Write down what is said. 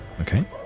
okay